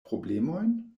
problemojn